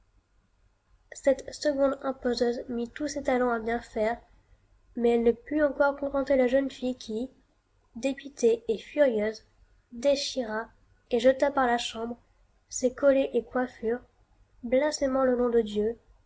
cette seconde empeseuse mit tous ses talens à bien faire mais elle ne put encore contenter la jeune fille qui dépitée et furieuse déchira et jeta par la chambre ses collets et coiffures blasphémant le nom de dieu